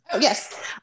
Yes